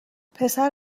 پسر